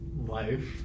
life